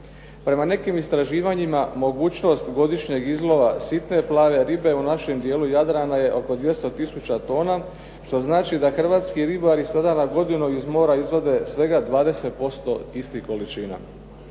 Prema nekim istraživanjima, mogućnost godišnjeg izlova sitne plave ribe u našem dijelu Jadrana je oko 200 tisuća tona, što znači da hrvatski ribari sada na godinu iz mora izvade svega 20% istih količina.